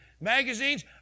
magazines